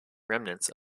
remnants